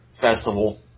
Festival